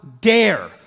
dare